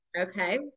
Okay